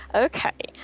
ok,